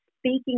speaking